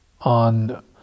on